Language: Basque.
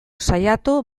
saiatu